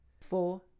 four